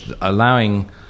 allowing